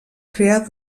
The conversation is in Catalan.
crear